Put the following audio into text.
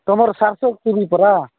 ତୁମର ପରା